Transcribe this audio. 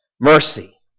mercy